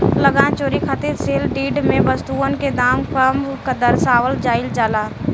लगान चोरी खातिर सेल डीड में वस्तुअन के दाम कम दरसावल जाइल जाला